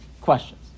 questions